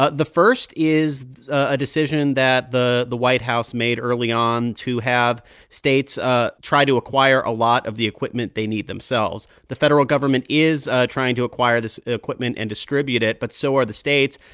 ah the first is a decision that the the white house made early on to have states ah try to acquire a lot of the equipment they need themselves. the federal government is trying to acquire this equipment and distribute it but so are the states,